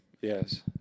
Yes